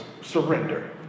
surrender